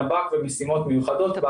נב"ק ומשימות מיוחדות.